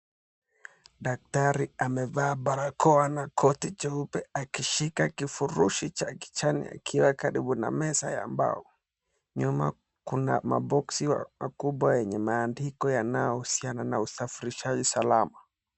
Daktari amevaa koti jeupe na barakoa, akishika kifurusi cha kijani akiwa karibu na meza ya mbao, nyuma kuna maboxi makubwa yaliyo na maandiko yanayohusiana una usafirishaji salama.